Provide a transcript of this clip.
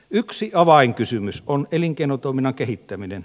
yksi avainkysymys on elinkeinotoiminnan kehittäminen